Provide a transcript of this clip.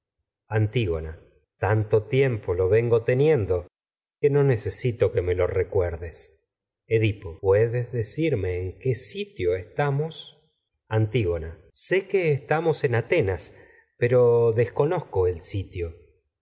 antígoña tanto necesito tiempo lo vengo teniendo que me lo recuerdes en edipo puedes decirme qué sitio estamos en antígoña nozco sé que estamos atenas pero desco el sitio